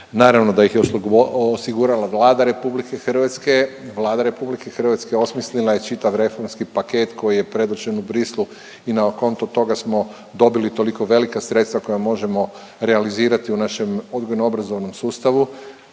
Naravno da ih je osigurala Vlada RH, Vlada RH osmislila je čitav reformski paket koji je predočen u Bruxellesu i na kontu toga smo dobili toliko velika sredstva koja možemo realizirati u našem odgojno obrazovnom sustavu,